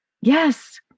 Yes